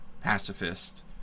pacifist